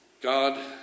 God